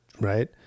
right